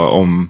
om